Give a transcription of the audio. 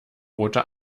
rote